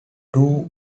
two